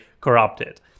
corrupted